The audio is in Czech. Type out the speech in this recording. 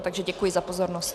Takže děkuji za pozornost.